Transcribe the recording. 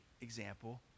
example